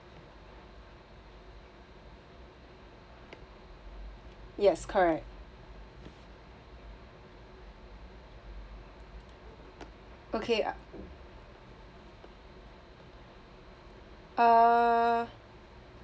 yes correct okay uh